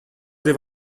they